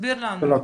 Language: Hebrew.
שלום,